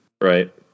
Right